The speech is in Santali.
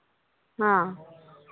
ᱦᱮᱸ